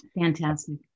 Fantastic